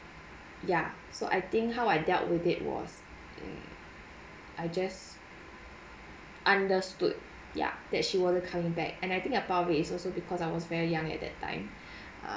ya so I think how I dealt with it was mm I just understood ya that she wasn't coming back and I think about it it's also because I was very young at that time ah